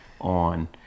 on